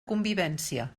convivència